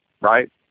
right